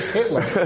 Hitler